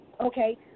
Okay